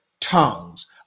tongues